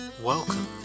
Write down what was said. Welcome